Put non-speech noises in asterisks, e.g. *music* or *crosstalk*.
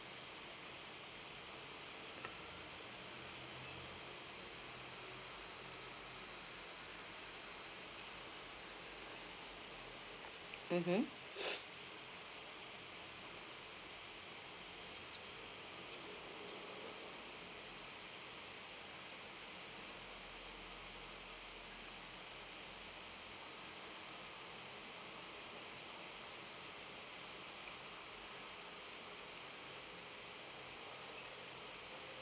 mmhmm *breath*